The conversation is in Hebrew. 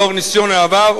לאור ניסיון העבר,